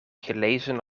gelezen